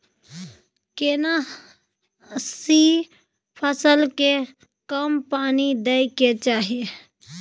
केना सी फसल के कम पानी दैय के चाही?